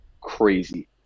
crazy